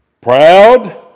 proud